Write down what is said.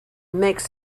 makes